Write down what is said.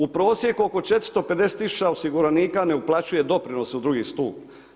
U prosjeku oko 450 tisuća osiguranika ne uplaćuje doprinos u drugi stup.